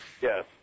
Yes